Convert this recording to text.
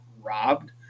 robbed